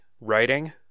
writing